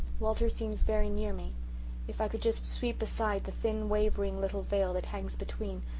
walter seems very near me if i could just sweep aside the thin wavering little veil that hangs between,